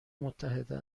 متحده